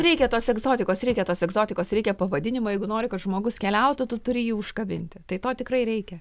reikia tos egzotikos reikia tos egzotikos reikia pavadinimą jeigu nori kad žmogus keliautų tu turi jį užkabinti tai to tikrai reikia